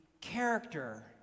character